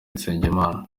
nsengimana